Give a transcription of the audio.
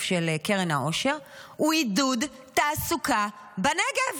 של קרן העושר הוא עידוד תעסוקה בנגב,